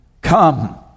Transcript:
Come